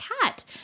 cat